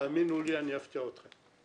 תאמינו לי, אני אפתיע אתכם.